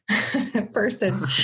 person